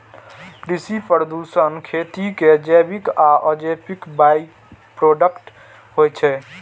कृषि प्रदूषण खेती के जैविक आ अजैविक बाइप्रोडक्ट होइ छै